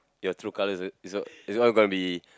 your true colours is all is all is all gonna be